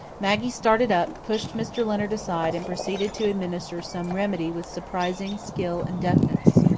maggie started up, pushed mr. leonard aside, and proceeded to administer some remedy with surprising skill and deftness.